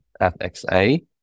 FXA